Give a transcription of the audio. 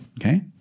Okay